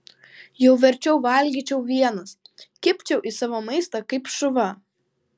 jau verčiau valgyčiau vienas kibčiau į savo maistą kaip šuva